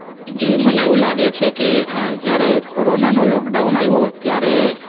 જી મને એવું લાગે છે કે જ્યારે કોરોનાનો લોકડાઉન આવ્યો ત્યારે